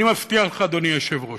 אני מבטיח לך, אדוני היושב-ראש,